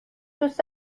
دوست